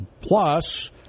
Plus